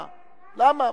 למה?